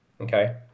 Okay